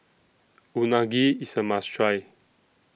Unagi IS A must Try